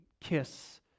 kiss